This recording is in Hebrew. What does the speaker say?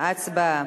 הצבעה.